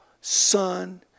son